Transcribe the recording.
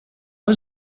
was